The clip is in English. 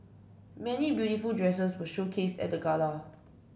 many beautiful dresses were showcased at the gala